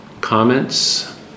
Comments